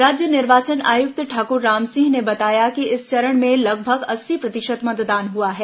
राज्य निर्वाचन आयुक्त ठाकुर रामसिंह ने बताया कि इस चरण में लगभग अस्सी प्रतिशत मतदान हुआ है